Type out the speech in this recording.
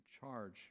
charge